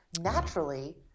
naturally